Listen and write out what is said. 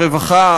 הרווחה,